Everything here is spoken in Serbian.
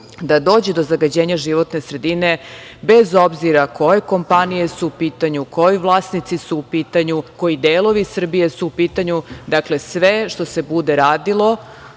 da dođe do zagađenja životne sredine, bez obzira koje kompanije su u pitanju, koji vlasnici su u pitanju, koji delovi Srbije su u pitanju? Dakle, sve što se bude radilo,